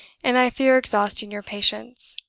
and i fear exhausting your patience.